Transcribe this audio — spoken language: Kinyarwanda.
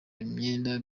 imyenda